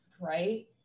right